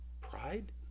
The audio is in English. Pride